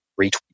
retweet